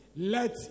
let